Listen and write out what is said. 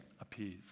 appears